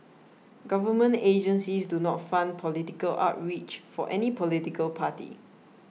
government agencies do not fund political outreach for any political party